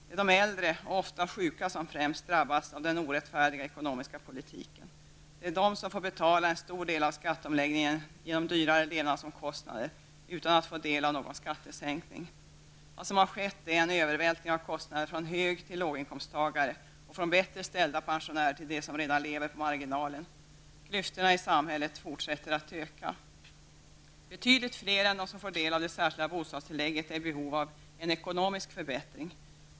Det är de äldre och ofta sjuka som främst drabbas av den orättfärdiga ekonomiska politiken. Det är de som får betala en stor del av skatteomläggningen genom dyrare levnadsomkostnader, utan att få del av någon skattesänkning. Det som har skett är en övervältring av kostnader från hög till låginkomsttagare och från bättre ställda pensionärer till de som redan lever på marginalen. Klyftorna i samhället fortsätter att öka. Betydligt fler än de som får del av det särskilda bostadstillägget är i behov av en ekonomisk förbättring.